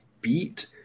beat